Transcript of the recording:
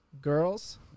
girls